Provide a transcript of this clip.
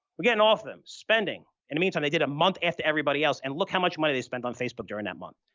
we're getting off them, spending. in the meantime, they did a month after everybody else and look how much money they spent on facebook during that month.